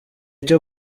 cyo